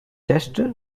chester